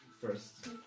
first